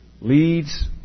Leads